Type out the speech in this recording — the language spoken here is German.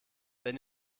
wenn